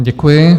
Děkuji.